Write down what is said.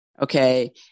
Okay